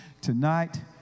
tonight